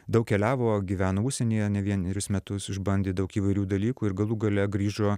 daug keliavo gyveno užsienyje ne vienerius metus išbandė daug įvairių dalykų ir galų gale grįžo